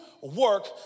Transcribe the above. work